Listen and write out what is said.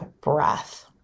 breath